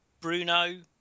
Bruno